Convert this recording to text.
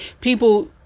People